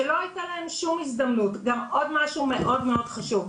שלא הייתה להם שום הזדמנות גם עוד משהו מאוד מאוד חשוב,